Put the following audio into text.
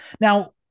Now